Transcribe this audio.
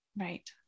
Right